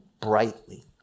brightly